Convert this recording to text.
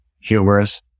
humorous